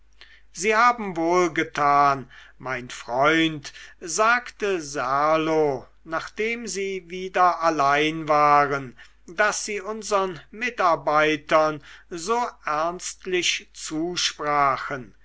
sie haben wohl getan mein freund sagte serlo nachdem sie wieder allein waren daß sie unsern mitarbeitern so ernstlich zusprachen